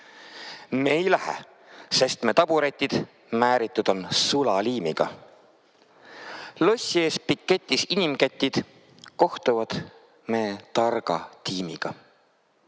Me ei lähe, sest me taburetid määritud on sulaliimiga, lossi ees piketis inimketid kohtuvad me targa tiimiga.